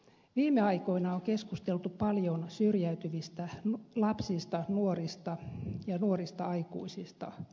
viime aikoina on keskusteltu paljon syrjäytyvistä lapsista nuorista ja nuorista aikuisista